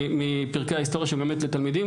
מפרקי ההיסטוריה שהיא מלמדת את התלמידים.